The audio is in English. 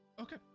Okay